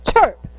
chirp